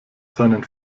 seinen